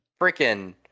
Freaking